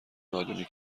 نادونی